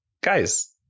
guys